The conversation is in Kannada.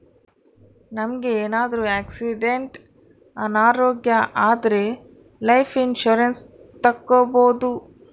ನಮ್ಗೆ ಏನಾದ್ರೂ ಆಕ್ಸಿಡೆಂಟ್ ಅನಾರೋಗ್ಯ ಆದ್ರೆ ಲೈಫ್ ಇನ್ಸೂರೆನ್ಸ್ ತಕ್ಕೊಬೋದು